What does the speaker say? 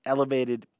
Elevated